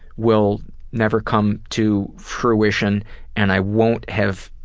will never come to fruition and i won't have